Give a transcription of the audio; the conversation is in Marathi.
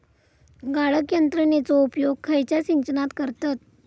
गाळण यंत्रनेचो उपयोग खयच्या सिंचनात करतत?